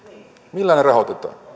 millä ne rahoitetaan